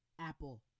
Apple